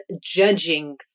judging